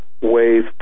wave